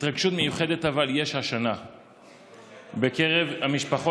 אבל התרגשות מיוחדת יש השנה בקרב המשפחות